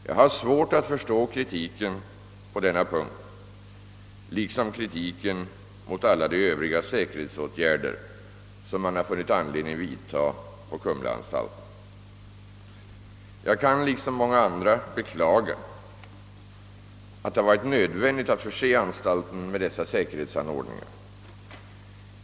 Jag har svårt att förstå kritiken på denna punkt liksom kritiken mot alla de övriga säkerhetsåtgärder som man har funnit anledning vidta på Kumlaanstalten. Jag kan liksom många andra beklaga att det har varit nödvändigt att förse anstalten med dessa säkerhetsanordningar.